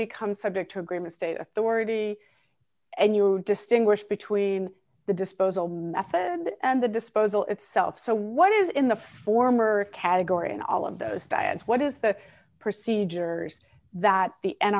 becomes subject to agreement state authority and you distinguish between the disposal and the disposal itself so what is in the former category in all of those diodes what is the procedure that the n